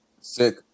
sick